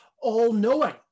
all-knowing